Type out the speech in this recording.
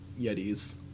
Yetis